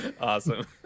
awesome